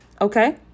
Okay